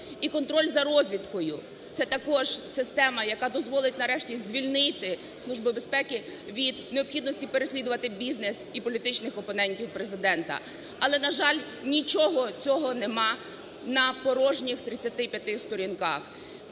І контроль за розвідкою – це також система, яка дозволить нарешті звільнити Службу безпеки від необхідності переслідувати бізнес і політичних опонентів Президента. Але, на жаль, нічого цього нема на порожніх 35 сторінках.